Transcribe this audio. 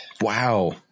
Wow